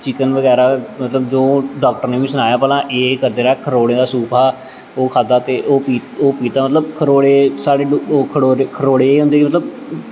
chicken बगैरा मतलब जो डाक्टर ने मिगी सनाया भला एह् एह् करदा रवेआं खरोड़ें दा सूप हा ओह् खाद्धा ते ओह् ओह् पीता मतलब खरोड़े साढ़े ओह् खड़ोरे खरोड़े एह होंदे मतलब